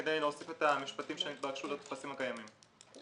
כדי להוסיף את המשפטים שנתבקשו לטפסים הקיימים.